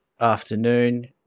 afternoon